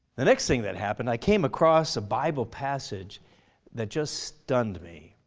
the next thing that happened, i came across a bible passage that just stunned me.